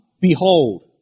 Behold